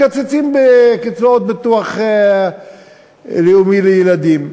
מקצצים בקצבאות ביטוח לאומי לילדים.